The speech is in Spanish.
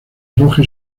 roja